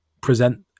present